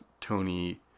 Tony